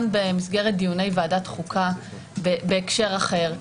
במסגרת דיוני ועדת החוקה בהקשר אחר.